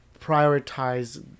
prioritize